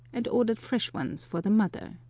and ordered fresh ones for the mother.